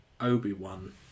Obi-Wan